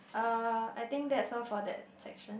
uh I think that's all for that section